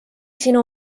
sinu